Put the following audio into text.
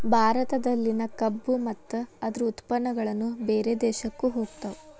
ಭಾರತದಲ್ಲಿನ ಕಬ್ಬು ಮತ್ತ ಅದ್ರ ಉತ್ಪನ್ನಗಳು ಬೇರೆ ದೇಶಕ್ಕು ಹೊಗತಾವ